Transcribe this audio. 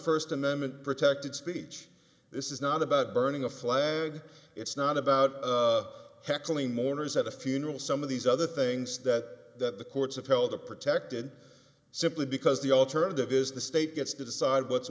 first amendment protected speech this is not about burning a flag it's not about heckling mourners at a funeral some of these other things that the courts have held a protected simply because the alternative is the state gets to decide what's